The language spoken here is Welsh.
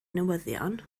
newyddion